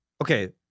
Okay